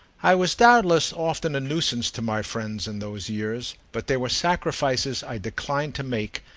i was doubtless often a nuisance to my friends in those years but there were sacrifices i declined to make,